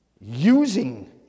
Using